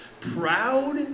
proud